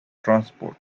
transport